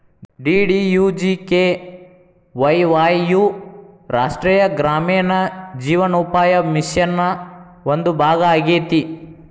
DDUGKY ವಾಯ್ ಯು ರಾಷ್ಟ್ರೇಯ ಗ್ರಾಮೇಣ ಜೇವನೋಪಾಯ ಮಿಷನ್ ನ ಒಂದು ಭಾಗ ಆಗೇತಿ